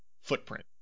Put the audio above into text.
footprint